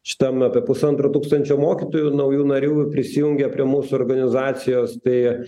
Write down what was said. šitam apie pusantro tūkstančio mokytojų naujų narių prisijungia prie mūsų organizacijos tai